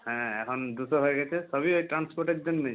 হ্যাঁ এখন দুশো হয়ে গেছে সবই ওই ট্রান্সপোর্টের জন্যই স্যার